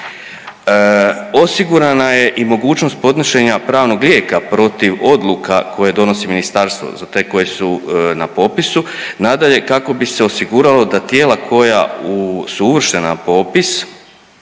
Osigurana je i mogućnost podnošenja pravnog lijeka protiv odluka koje donosi ministarstvo za te koje su na popisu. Nadalje, kako bi se osiguralo da tijela koja su uvrštena na popis